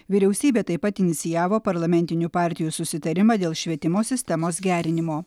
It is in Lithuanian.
vyriausybė taip pat inicijavo parlamentinių partijų susitarimą dėl švietimo sistemos gerinimo